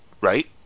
Right